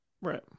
Right